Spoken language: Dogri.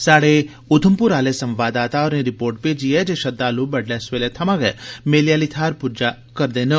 साढ़े उधमपुर आहले संवाददाता होरें रिपोर्ट भेजी ऐ जे श्रद्वालु बइडलै सवेला थमां गै मेले आहली थाहर प्ज्जना श्रु होई पे हे